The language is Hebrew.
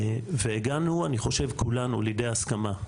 והגענו אני חושב כולנו לידי הסכמה,